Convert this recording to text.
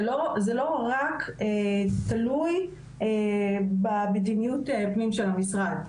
זה לא רק תלוי במדיניות פנים של המשרד.